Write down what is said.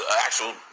actual